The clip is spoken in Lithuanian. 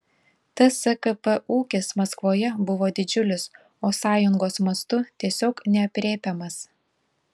tskp ūkis maskvoje buvo didžiulis o sąjungos mastu tiesiog neaprėpiamas